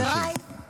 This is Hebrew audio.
ברוך השם.